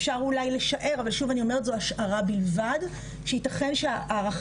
אפשר אולי לשער אבל שוב אני אומרת זו השערה בלבד שייתכן שהארכת